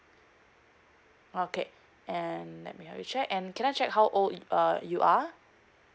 okay and let me check um can I check how old uh you are